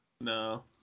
No